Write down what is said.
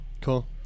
Cool